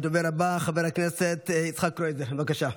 הדובר הבא, חבר הכנסת יצחק קרויזר, בבקשה.